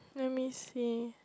let me see